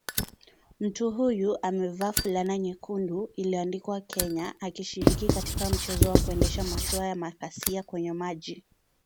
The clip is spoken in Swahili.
Mtu huyu amevaa fulana nyekundu iliandikwa Kenya akishiriki katika mchezo wa kuendesha mashua ya mapazia kwenye maji.